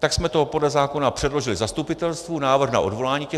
tak jsme to podle zákona předložili zastupitelstvu, návrh na odvolání těch radních.